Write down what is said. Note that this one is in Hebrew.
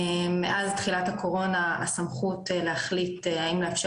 מאז תחילת הקורונה הסמכות להחליט האם לאפשר